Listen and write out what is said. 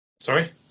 Sorry